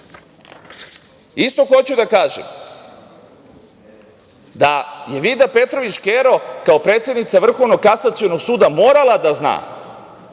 hoću da kažem da je Vida Petrović Škero, kao predsednica Vrhovnog Kasacionog suda morala da zna